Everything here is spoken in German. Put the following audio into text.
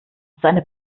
seine